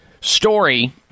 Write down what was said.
story